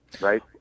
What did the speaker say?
right